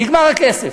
נגמר הכסף.